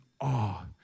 awe